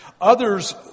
Others